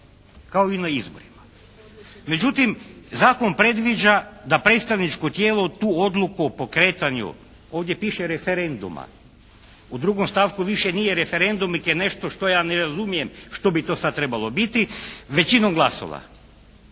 kao i na izborima. Međutim, zakon predviđa da predstavničko tijelo tu odluku o pokretanju, ovdje piše referenduma, u 2. stavku više nije referendum niti je nešto što ja ne razumijem što bi to sad trebalo biti, većinom glasova.